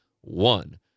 One